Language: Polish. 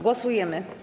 Głosujemy.